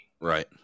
Right